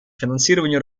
финансированию